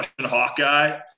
Hawkeye